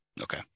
Okay